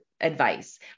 advice